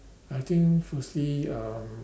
I think firstly uh